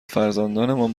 فرزندانم